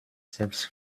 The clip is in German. selbst